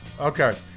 okay